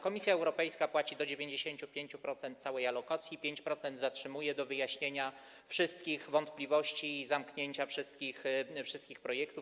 Komisja Europejska płaci do 95% całej alokacji, 5% zatrzymuje do wyjaśnienia wszystkich wątpliwości i zamknięcia wszystkich projektów.